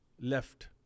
left